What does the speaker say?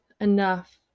enough